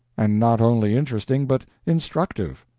and not only interesting but instructive.